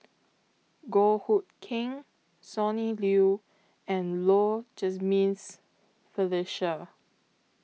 Goh Hood Keng Sonny Liew and Low Jimenez Felicia